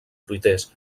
fruiters